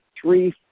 three